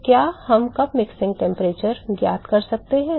तो क्या हम कप मिश्रण तापमान ज्ञात कर सकते हैं